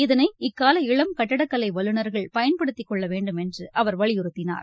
இதனை இக்னூல இளம் கட்டிடக் கலை வல்லுநர்கள் பயன்படுத்திக் கொள்ள வேண்டுமென்று அவர் வலியுறுத்தினார்